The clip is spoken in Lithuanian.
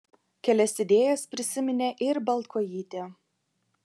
kelias idėjas prisiminė ir baltkojytė